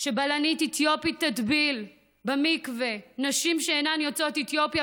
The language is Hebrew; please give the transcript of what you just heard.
שבלנית אתיופית תטביל במקווה נשים שאינן יוצאות אתיופיה,